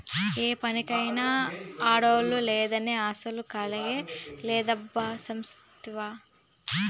ఏ పనికైనా ఆడోల్లు లేనిదే అసల కళే లేదబ్బా సూస్తివా